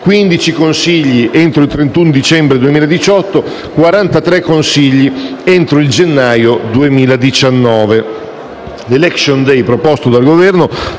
15 Consigli entro il 31 dicembre 2018, 43 consigli entro il gennaio 2019.